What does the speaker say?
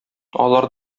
алар